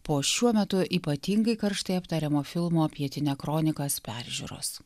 po šiuo metu ypatingai karštai aptariamo filmo pietinia kronikas peržiūros